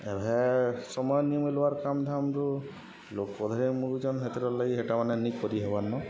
ଏଭ ସମୟ ନିମିଲବାର୍ କାମ ଧାମରୁ ଲୋପଧରେ ମୁରୁଜନ ହେଥିରେ ଲାଗି ହେଟା ମମାନେ ନ କରିରି ହେବାରନ